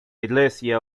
iglesia